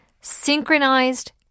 synchronized